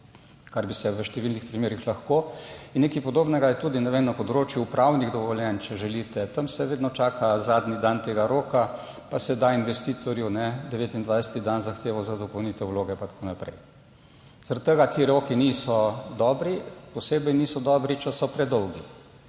kar bi se v številnih primerih lahko, nekaj podobnega je tudi na področju upravnih dovoljenj, če želite, tam se vedno čaka zadnji dan tega roka, pa se da investitorju 29. dan zahtevo za dopolnitev vloge in tako naprej. Zaradi tega ti roki niso dobri, posebej niso dobri, če so predolgi.